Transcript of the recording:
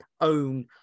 own